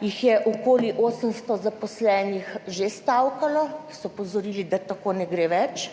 jih je okoli 800 zaposlenih že stavkalo, ki so opozorili, da tako ne gre več,